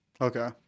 Okay